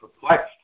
perplexed